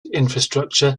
infrastructure